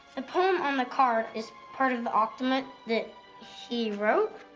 and poem on the card is part of the akdamut that he wrote?